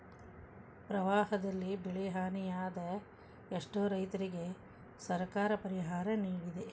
ಪ್ರವಾಹದಲ್ಲಿ ಬೆಳೆಹಾನಿಯಾದ ಎಷ್ಟೋ ರೈತರಿಗೆ ಸರ್ಕಾರ ಪರಿಹಾರ ನಿಡಿದೆ